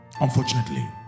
Unfortunately